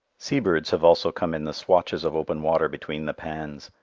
sea-birds have also come in the swatches of open water between the pans.